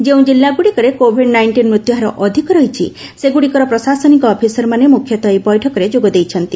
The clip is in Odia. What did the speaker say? ଯେଉଁ ଜିଲ୍ଲାଗୁଡ଼ିକରେ କୋଭିଡ୍ ନାଇଷ୍ଟିନ୍ ମୃତ୍ୟୁହାର ଅଧିକ ରହିଛି ସେଗୁଡ଼ିକର ପ୍ରଶାସନିକ ଅଫିସରମାନେ ମୁଖ୍ୟତଃ ଏହି ବୈଠକରେ ଯୋଗଦେଇଛନ୍ତି